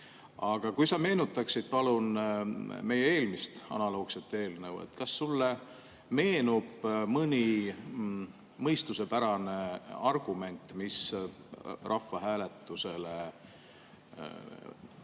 Aga kui sa meenutaksid, palun, meie eelmist analoogset eelnõu, kas sulle meenub mõni mõistusepärane argument, mis rahvahääletuse ideele